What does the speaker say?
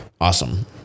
Awesome